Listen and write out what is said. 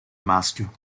maschio